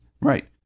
Right